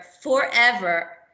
forever